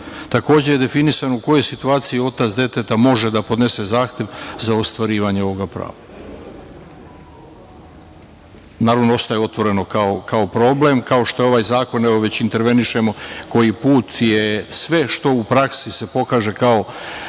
ne. Takođe je definisano u kojoj situaciji otac deteta može da podnese zahtev za ostvarivanje ovog prava. Naravno, ostaje otvoreno kao problem. U ovaj zakon evo već intervenišemo koji put. Sve što se u praksi pokaže kao